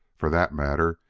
for that matter,